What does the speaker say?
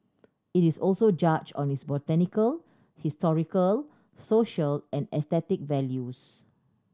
it is also judged on its botanical historical social and aesthetic values